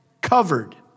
Covered